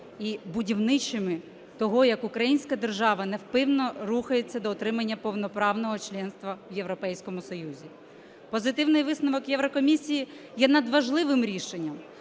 і будівничими того, як українська держава невпинно рухається до отримання повноправного членства в Європейському Союзі. Позитивний висновок Єврокомісії є надважливим рішенням,